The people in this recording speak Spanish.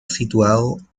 situado